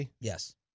Yes